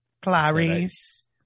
Clarice